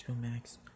Max